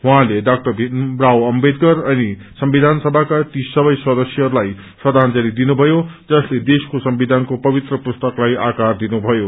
उहाँले डा भीमराव अम्बेदकर अनि संविधान सभाका ती सबै सदस्यहस्लाई श्रदाजंसी दिनुभयो जसले देशको संवियानकोपवित्र पुस्तकलाई आकार दिनुभयो